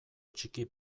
txiki